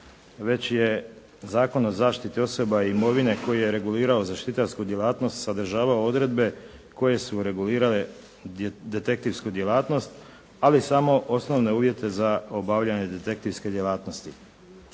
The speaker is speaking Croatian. već je Zakon o zaštiti osoba i imovine koji je regulirao zaštitarsku djelatnost sadržavao odredbe koje su regulirale detektivsku djelatnost ali samo osnovne uvjete za obavljanje detektivske djelatnosti.